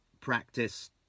practice